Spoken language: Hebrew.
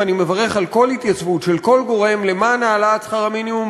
ואני מברך על כל התייצבות של כל גורם למען העלאת שכר המינימום.